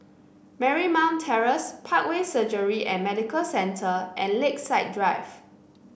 Marymount Terrace Parkway Surgery and Medical Centre and Lakeside Drive